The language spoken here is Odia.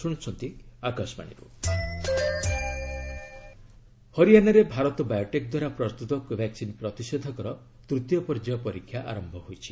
କୋଭାକ୍ସିନ ଟ୍ରାଏଲ୍ ହରିଆଶାରେ ଭାରତ ବାୟୋଟେକ୍ ଦ୍ୱାରା ପ୍ରସ୍ତୁତ କୋଭାକ୍ସିନ୍ ପ୍ରତିଷେଧକର ତୃତୀୟ ପର୍ଯ୍ୟାୟ ପରୀକ୍ଷା ଆରମ୍ଭ ହୋଇଛି